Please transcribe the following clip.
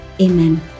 Amen